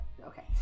Okay